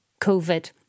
COVID